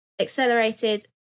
accelerated